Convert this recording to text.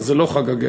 אז זה לא חג הגז,